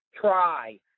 try